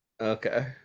Okay